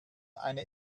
eine